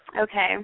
Okay